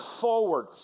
forward